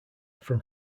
from